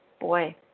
boy